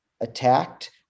attacked